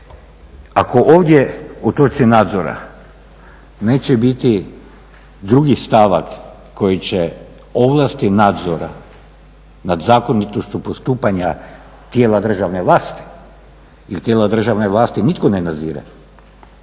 Ako ovdje u točci nadzora neće biti drugi stavak koji će ovlasti nadzora nad zakonitošću postupanja tijela državne vlasti, jer tijela državne vlasti nitko ne nadzire,